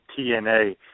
TNA –